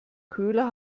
köhler